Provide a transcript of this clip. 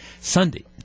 Sunday